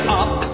up